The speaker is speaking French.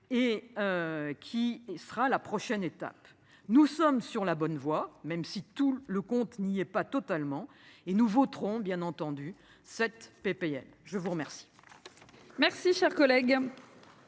et. Qui sera la prochaine étape. Nous sommes sur la bonne voie, même si tout le compte n'y est pas totalement et nous voterons bien entendu cette PPL je vous remercie.